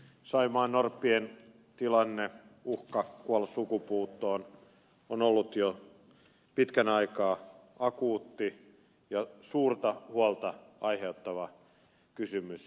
saimaannorppien tilanne uhka kuolla sukupuuttoon on ollut jo pitkän aikaa akuutti ja suurta huolta aiheuttava kysymys